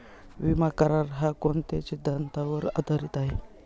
विमा करार, हा कोणत्या सिद्धांतावर आधारीत आहे?